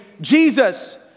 Jesus